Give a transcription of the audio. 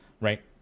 right